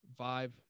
vibe